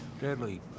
Deadly